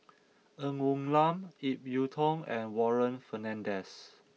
Ng Woon Lam Ip Yiu Tung and Warren Fernandez